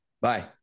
Bye